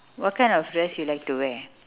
what kind of dress you like to wear